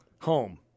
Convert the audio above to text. Home